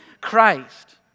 Christ